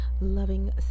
loving